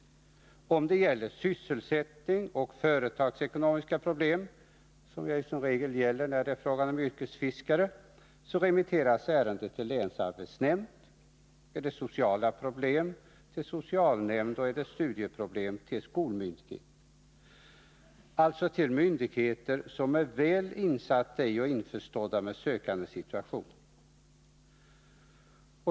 Om det gäller sysselsättningsoch företagsekonomiska problem, som det som regel gör när det är fråga om yrkesfiskare, remitteras ärendet till länsarbetsnämnd, om det gäller sociala problem till socialnämnd och om det gäller studieproblem till skolmyndighet. Man vänder sig alltså till myndigheter som är väl införstådda med den sökandes situation.